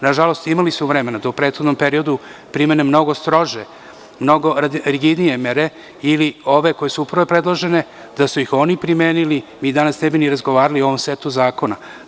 Nažalost, imali su vremena da u prethodnom periodu primene mnogo strožije, rigidnije mere ili ove koje su upravo predložene, da su ih oni primenili, mi danas ne bi ni razgovarali o ovom setu zakona.